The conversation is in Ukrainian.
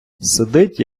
сидить